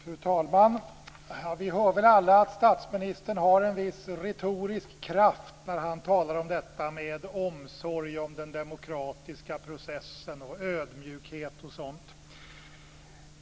Fru talman! Vi hör väl alla att statsministern har en viss retorisk kraft när han talar om omsorg om den demokratiska processen, om ödmjukhet och sådant.